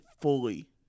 fully